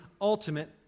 ultimate